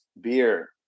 beer